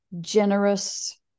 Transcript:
generous